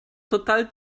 total